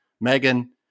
Megan